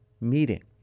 meeting